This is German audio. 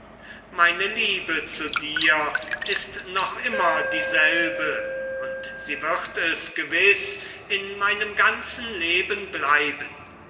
meine liebe zu dir ist noch immer dieselbe und sie wird es gewiß in meinem ganzen leben bleiben